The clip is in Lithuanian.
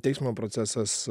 teismo procesas